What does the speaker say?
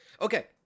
Okay